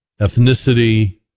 ethnicity